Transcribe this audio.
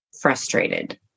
frustrated